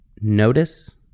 Notice